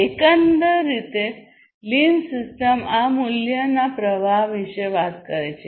એકંદર lean system આ મૂલ્યના પ્રવાહ વિશે વાત કરે છે